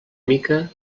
mica